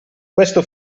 questo